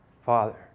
Father